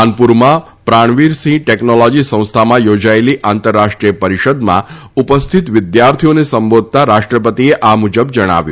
કાનપુરમાં Pranveer Singh technology સંસ્થામાં યોજાયેલી આંતરરાષ્ટ્રીય પરિષદમાં ઉપસ્થિત વિદ્યાર્થીઓને સંબોધતાં રાષ્ટ્રપતિએ આ મુજબ જણાવ્યું